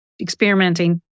experimenting